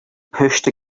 pushed